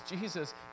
Jesus